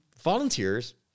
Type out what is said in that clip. volunteers